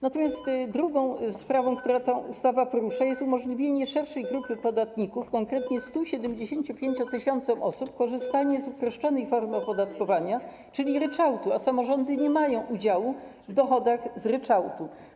Natomiast drugą sprawą, którą ta ustawa porusza, jest umożliwienie szerszej grupie podatników, konkretnie 175 tys. osób, korzystania z uproszczonej formy opodatkowania, czyli ryczałtu, a samorządy nie mają udziału w dochodach z ryczałtu.